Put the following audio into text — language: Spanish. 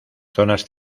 zonas